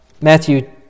Matthew